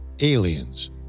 aliens